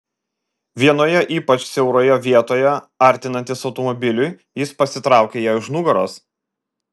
vienoje ypač siauroje vietoje artinantis automobiliui jis pasitraukė jai už nugaros